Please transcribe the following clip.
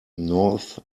north